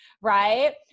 right